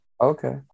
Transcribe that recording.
Okay